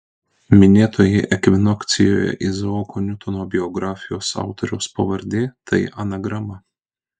minėtoji ekvinokcijoje izaoko niutono biografijos autoriaus pavardė tai anagrama